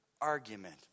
argument